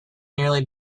nearly